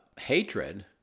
hatred